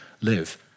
live